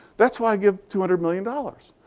that's why i give two hundred million dollars.